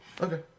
okay